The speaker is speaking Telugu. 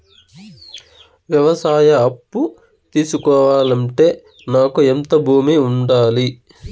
వ్యవసాయ అప్పు తీసుకోవాలంటే నాకు ఎంత భూమి ఉండాలి?